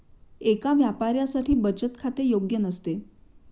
एका व्यापाऱ्यासाठी बचत खाते योग्य नसते